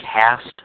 cast